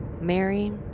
mary